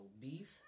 beef